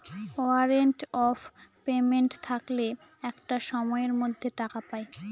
warrant of payment থাকলে একটা সময়ের মধ্যে টাকা পায়